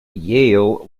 yale